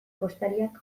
postariak